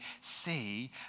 see